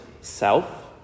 self